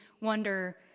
wonder